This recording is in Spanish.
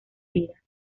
vidas